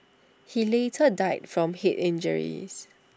he later died from Head injuries